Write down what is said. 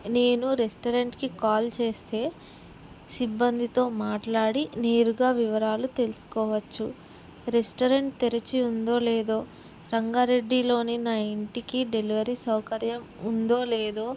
నేను రెస్టారెంట్కి కాల్ చేస్తే సిబ్బందితో మాట్లాడి నేరుగా వివరాలు తెలుసుకోవచ్చు రెస్టారెంట్ తెరచి ఉందో లేదో రంగారెడ్డిలోని నా ఇంటికి డెలివరీ సౌకర్యం ఉందో లేదో